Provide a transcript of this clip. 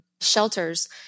shelters